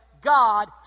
God